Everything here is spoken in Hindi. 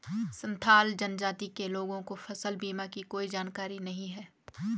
संथाल जनजाति के लोगों को फसल बीमा की कोई जानकारी नहीं है